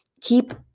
Keep